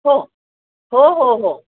हो हो हो हो